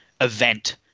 event